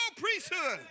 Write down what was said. priesthood